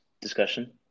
discussion